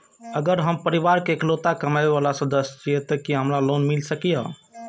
अगर हम परिवार के इकलौता कमाय वाला सदस्य छियै त की हमरा लोन मिल सकीए?